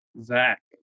Zach